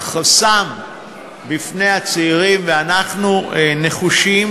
חסם בפני הצעירים ובפני משפחות,